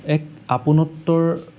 এক আপোনত্তৰ